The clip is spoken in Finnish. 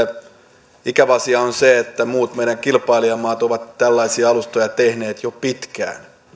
mahdollisuudet esille ikävä asia on se että muut meidän kilpailijamaamme ovat tällaisia alustoja tehneet jo pitkään